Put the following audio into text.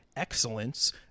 excellence